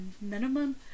minimum